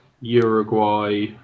Uruguay